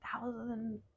thousand